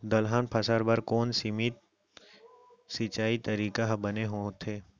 दलहन फसल बर कोन सीमित सिंचाई तरीका ह बने होथे?